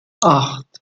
acht